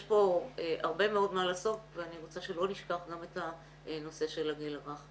יש פה הרבה מאוד מה לעשות ואני רוצה שלא נשכח גם את הנושא של הגיל הרך.